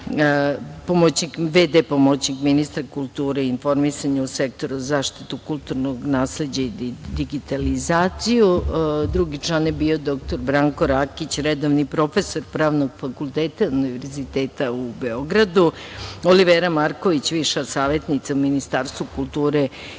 pomoćnik ministra kulture i informisanja u Sektoru zaštite kulturnog nasleđa i digitalizaciju. Drugi član je bio dr Branko Rakić, redovni profesor Pravnog fakulteta Univerziteta u Beogradu. Zatim, Olivera Marković, viša savetnica u Ministarstvu kulture i informisanja,